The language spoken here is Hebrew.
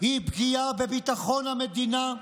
היא פגיעה בביטחון המדינה,